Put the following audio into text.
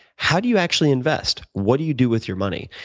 how do you actually invest? what do you do with your money?